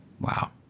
Wow